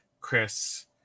Chris